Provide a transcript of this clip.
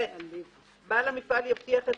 החתימה היא אישור לידיעה.